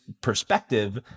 perspective